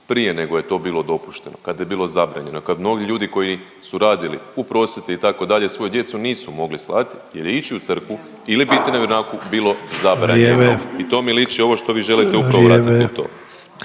prije nego je to bilo dopušteno, kad je bilo zabranjeno, kad mnogi ljudi koji su radili u prosvjeti itd. svoju djecu nisu mogli slati jer je ići u crkvu ili biti na vjeronauku bilo zabranjeno. …/Upadica Ante Sanader: Vrijeme./… I to